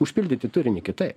užpildyti turinį kitaip